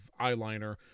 eyeliner